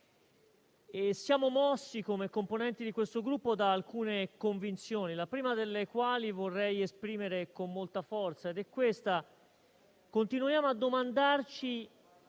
Siamo mossi, come componenti di questo Gruppo, da alcune convinzioni, la prima delle quali vorrei esprimere con molta forza. Continuiamo a domandarci